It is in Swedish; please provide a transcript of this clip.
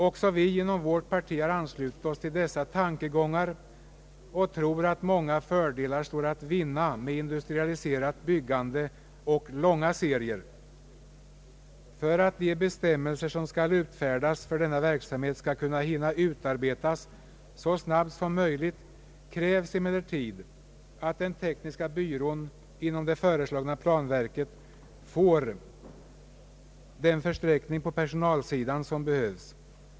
Också vi inom vårt parti har anslutit oss till dessa tankegångar och tror att många fördelar står att vinna med industrialiserat byggande och långa serier. För att de bestämmelser som skall utfärdas för denna verksamhet skall hinna utarbetas så snabbt som möjligt krävs emellertid att den tekniska byrån inom det föreslagna planverket får den förstärkning på personalsidan som behövs.